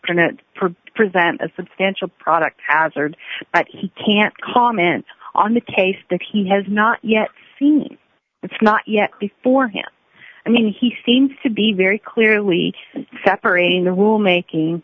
pregnant present a substantial product hazards but he can't comment on the taste that he has not yet seen it's not yet before him and then he seems to be very clearly separating the rulemaking